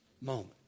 moment